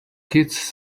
kids